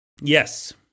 Yes